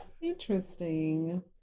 Interesting